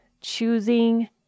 choosing